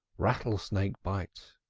rattlesnake bite!